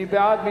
מי בעד?